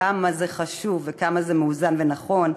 כמה זה חשוב וכמה זה מאוזן ונכון,